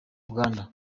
uganda